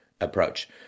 approach